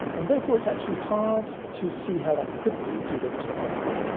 and therefore it is actually hard to see how that could be due to time.